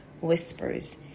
whispers